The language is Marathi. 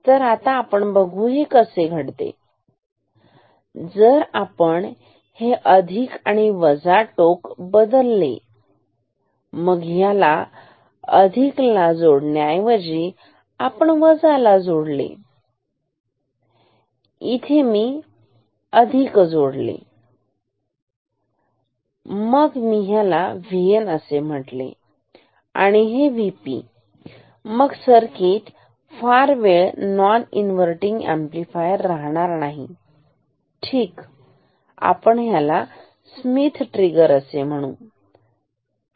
तर आता आपण बघू हे घडते आहेजर आपण हे अधिक आणि वजा टोक बद्दललेमग ह्याला अधिक ला जोडण्याऐवजी जर वजा ला जोडले आणू इथे मी अधिक जोडले मग मी ह्याला VN असे म्हणतो आणि हे VP मग सर्किट फार वेळ नॉन इन्व्हर्टिनग अम्प्लिफायर राहणार नाही ठीक आपण ह्याल स्मिथ ट्रिगर म्हणू ठीक